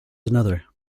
another